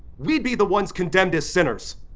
we'd be the ones condemned as sinners!